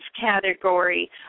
category